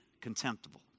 contemptible